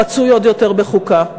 ורצוי עוד יותר בחוקה.